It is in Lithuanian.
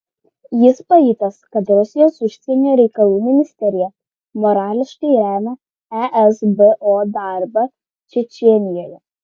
jis pajutęs kad rusijos užsienio reikalų ministerija morališkai remia esbo darbą čečėnijoje